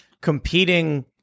competing